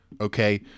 Okay